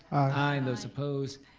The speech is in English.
aye. those opposed,